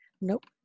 Nope